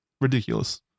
Ridiculous